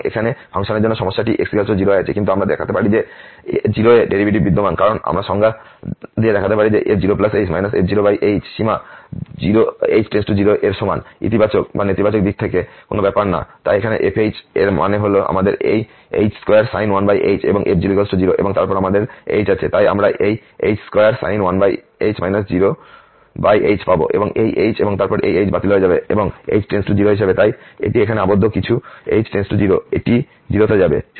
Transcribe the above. সুতরাং এখানে এই ফাংশনের জন্য সমস্যাটি x 0 এ আছে কিন্তু আমরা দেখাতে পারি যে 0 এ ডেরিভেটিভও বিদ্যমান কারণ আমরা সংজ্ঞা দিয়ে দেখাতে পারি যে f0h f0h সীমা h → 0 এর সমান ইতিবাচক বা নেতিবাচক দিক থেকে কোন ব্যাপার না তাই এখানে f এর মানে হল আমাদের এই h2sin 1h এবং f0 0 এবং তারপর আমাদের h আছে তাই আমরা এই h2sin 1h 0h পাবো এবং এই h এবং এই h বাতিল হয়ে যাবে এবং h → 0 হিসাবে তাই এটি এখানে আবদ্ধ কিছু h → 0 এটি 0 তে যাবে